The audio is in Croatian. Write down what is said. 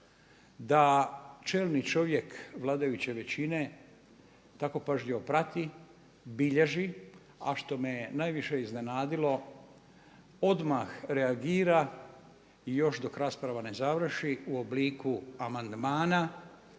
da čelni čovjek vladajuće većine tako pažljivo prati, bilježi a što me je najviše iznenadilo odmah reagira i još dok rasprava ne završi u obliku amandmana